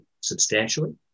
substantially